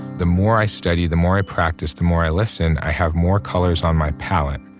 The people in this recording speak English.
the more i study, the more i practice, the more i listen, i have more colors on my palette.